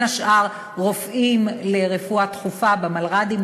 בין השאר רופאים לרפואה דחופה במלר"דים,